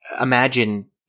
imagine